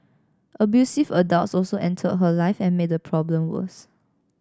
abusive adults also entered her life and made the problem worse